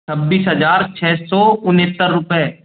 छब्बीस हज़ार छः सौ उनेहत्तर रुपये